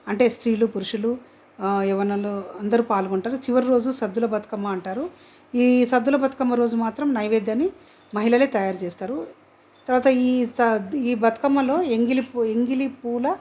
అంటే స్త్రీలు పురుషులు ఆ యవ్వనులూ అందరు పాల్గొంటారు చివరి రోజు సద్దుల బతుకమ్మ అంటారు ఈ సద్దుల బతుకమ్మ రోజు మాత్రం నైవేద్యాన్ని మహిళలే తయారు చేస్తారు తరువాత ఈ బతుకమ్మలో ఎంగిలి పువ్వు ఎంగిలి పూల